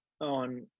on